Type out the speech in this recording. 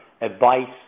advice